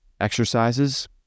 exercises